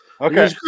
Okay